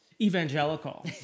Evangelical